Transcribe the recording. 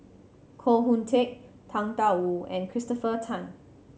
Koh Hoon Teck Tang Da Wu and Christopher Tan